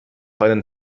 einen